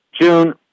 June